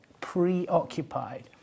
Preoccupied